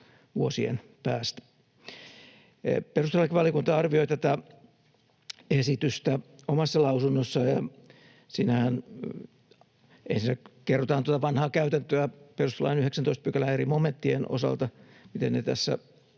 vuosien päästä. Perustuslakivaliokunta arvioi tätä esitystä omassa lausunnossaan. Siinähän ensin kerrotaan tuota vanhaa käytäntöä perustuslain 19 §:n eri momenttien osalta, miten ne tässä